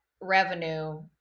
revenue